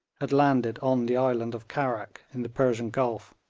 had landed on the island of karrack in the persian gulf,